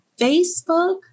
Facebook